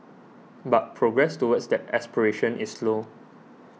but progress towards that aspiration is slow